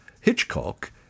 Hitchcock